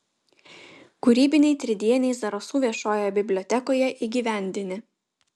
kūrybiniai tridieniai zarasų viešojoje bibliotekoje įgyvendini